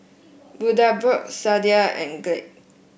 Bundaberg Sadia and Glade